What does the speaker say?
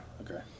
Okay